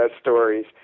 stories